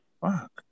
Fuck